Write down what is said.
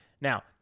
Now